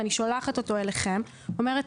ואני שולחת אותו אליכם ואומרת,